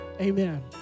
amen